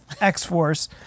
X-Force